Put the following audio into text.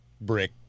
brick